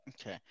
Okay